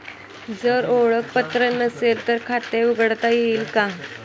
जर ओळखपत्र नसेल तर खाते उघडता येईल का?